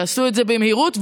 שעשו את במהירות וביעילות,